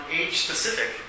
age-specific